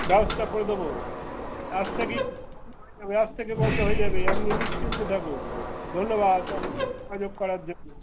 ব্যবস্থা করে দেবো আজ থেকেই বন্ধ হয়ে যাবে আজ থেকে বন্ধ হয়ে যাবে আপনি নিশ্চিন্তে থাকুন ধন্যবাদ যোগাযোগ করার জন্যে